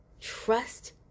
trust